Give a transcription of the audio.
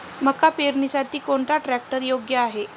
मका पेरणीसाठी कोणता ट्रॅक्टर योग्य आहे?